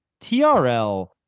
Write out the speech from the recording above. TRL